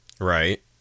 Right